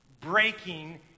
breaking